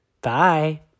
Bye